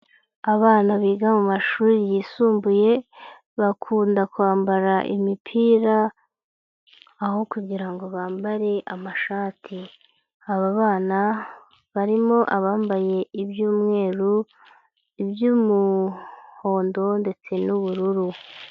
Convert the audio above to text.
Abana biga mu mumashuri yisumbuye, bakunda kwambara imipira, aho kugira ngo bambare amashati. Aba abana, barimo abambaye iby'umweru, iby'umuhondo ndetse n'ubururu.